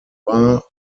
bar